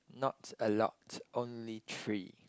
not a lot only three